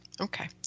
Okay